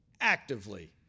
actively